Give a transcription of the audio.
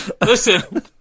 Listen